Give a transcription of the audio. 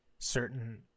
certain